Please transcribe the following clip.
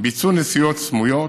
ביצע נסיעות סמויות,